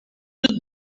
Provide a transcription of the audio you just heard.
good